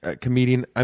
comedian